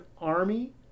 Army